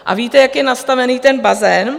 A víte, jak je nastavený ten bazén?